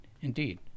indeed